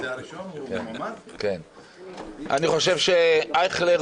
אני חושב שאייכלר